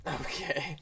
Okay